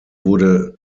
wurde